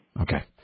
Okay